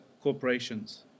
corporations